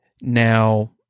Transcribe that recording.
Now